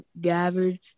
gathered